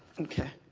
okay.